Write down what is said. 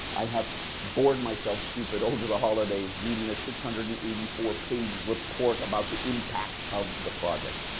i have bored myself stupid over the holidays reading a six hundred and eighty four page report about the impact of the project.